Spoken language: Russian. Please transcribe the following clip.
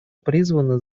призвано